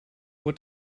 what